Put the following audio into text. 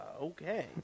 Okay